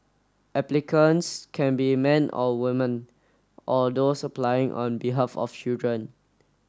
applicants can be men or woman or those applying on behalf of children